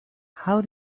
how